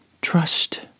Trust